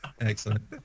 Excellent